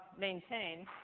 maintain